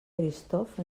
eristoff